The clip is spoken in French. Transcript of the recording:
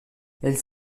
elle